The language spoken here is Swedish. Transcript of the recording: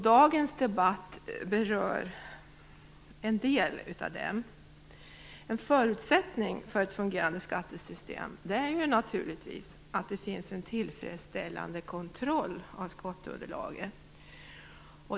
Dagens debatt berör en del av dem. En förutsättning för ett fungerande skattesystem är naturligtvis att det finns en tillfredsställande kontroll av skatteunderlaget.